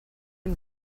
une